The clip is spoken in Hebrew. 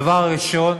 הדבר הראשון,